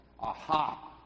Aha